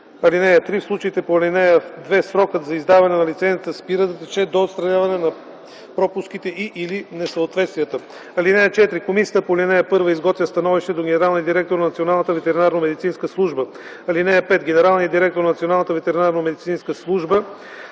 им. (3) В случаите по ал. 2 срокът за издаване на лицензията спира да тече до отстраняване на пропуските и/или несъответствията. (4) Комисията по ал. 1 изготвя становище до генералния директор на Националната ветеринарномедицинска служба. (5) Генералният директор на Националната ветеринарномедицинска служба